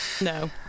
No